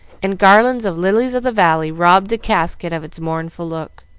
and garlands of lilies of the valley robbed the casket of its mournful look.